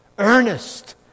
earnest